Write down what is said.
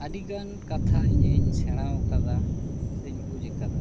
ᱟᱹᱰᱤ ᱠᱟᱛᱷᱟ ᱤᱧᱤᱧ ᱥᱮᱬᱟ ᱟᱠᱟᱫᱟ ᱥᱮᱧ ᱵᱩᱡᱽ ᱟᱠᱟᱫᱟ